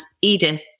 Edith